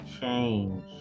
change